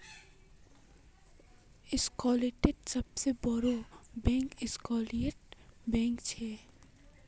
स्कॉटलैंडेर सबसे बोड़ो बैंक स्कॉटिया बैंक छे